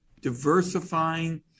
diversifying